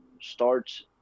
starts